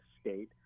state